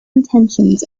intentions